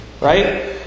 right